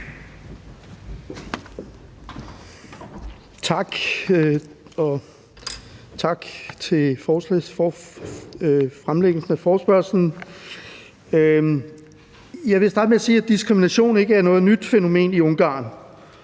Tak, og tak for fremlæggelsen af forespørgslen. Jeg vil starte med at sige, at diskrimination ikke er noget nyt fænomen i Ungarn,